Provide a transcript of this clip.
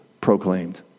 proclaimed